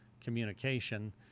communication